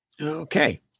Okay